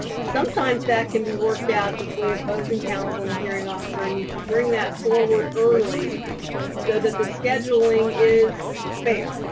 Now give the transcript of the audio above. sometimes that can be worked out between opposing counsel and the hearing officer, and you should bring that forward early so that the scheduling is